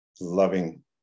loving